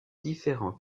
différents